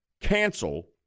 cancel